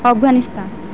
Afghanistan